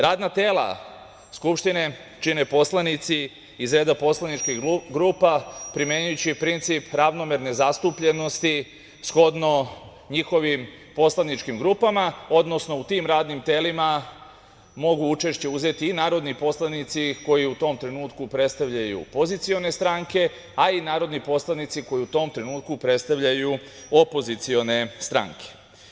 Radna tela Skupštine čine poslanici iz reda poslaničkih grupa, primenjujući princip ravnomerne zastupljenosti, shodno njihovim poslaničkim grupama, odnosno u tim radnim telima mogu učešće uzeti i narodni poslanici koji u tom trenutku predstavljaju pozicione stranke, a i narodni poslanici koji u tom trenutku predstavljaju opozicione stranke.